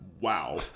wow